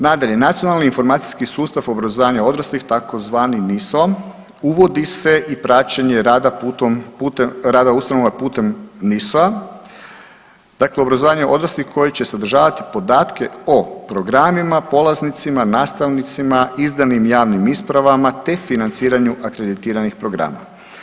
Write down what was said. Nadalje, Nacionalni informacijski sustav obrazovanja odraslih tzv. NISO uvodi se i praćenje rada ustanova putem NISO-a dakle obrazovanje odraslih koje će sadržavati podatke o programima, polaznicima, nastavnicima, izdanim javnim ispravama te financiranju akreditiranih programa.